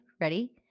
ready –